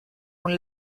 una